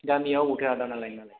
गामिया अबावथो आदानालाय नोंनालाय